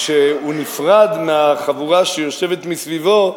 שהוא נפרד מהחבורה שיושבת מסביבו,